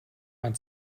mein